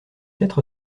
être